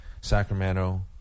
Sacramento